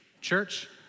Church